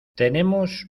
tenemos